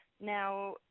now